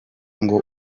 ngo